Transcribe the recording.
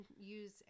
use